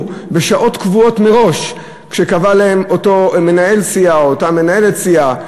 בשעות קבועות מראש שקבע להם אותו מנהל סיעה או אותה מנהלת סיעה,